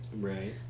Right